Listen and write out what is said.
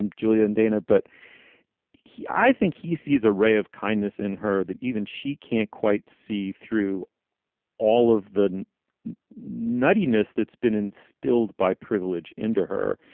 and julia and dana but he i think he sees a ray of kindness in her that even she can't quite see through all of the nuttiness that's been instilled by privilege into her.